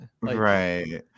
Right